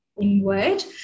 inward